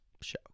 show